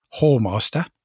Hallmaster